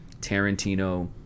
Tarantino